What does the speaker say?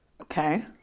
Okay